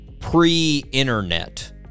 pre-internet